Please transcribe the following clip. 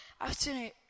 afternoon